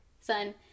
son